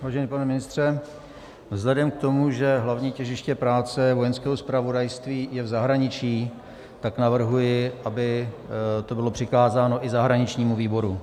Vážený pane ministře, vzhledem k tomu, že hlavní těžiště práce Vojenského zpravodajství je v zahraničí, tak navrhuji, aby to bylo přikázáno i zahraničnímu výboru.